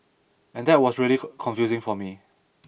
and that was really confusing for me